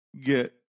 get